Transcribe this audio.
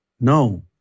No